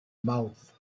mouth